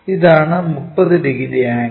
ഇതാണ് 30 degree angle